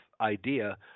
idea